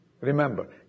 remember